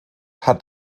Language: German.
hat